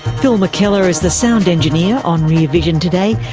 phil mckellar is the sound engineer on rear vision today.